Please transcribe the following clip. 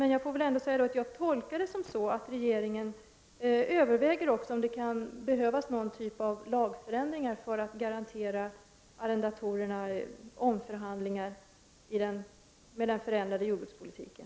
Men jag tolkar det som att regeringen överväger om det kan behövas någon typ av lagändringar för att garantera arrendatorerna omförhandlingar i och med den förändrade jordbrukspolitiken.